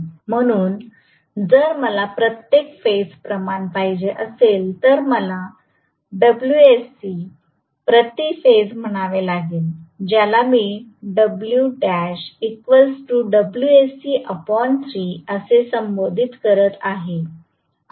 म्हणून जर मला प्रत्येक फेज प्रमाण पाहिजे असेल तर मला डब्ल्यूएससी प्रति फेज म्हणावे लागेल ज्याला मी असं संबोधित करीत आहे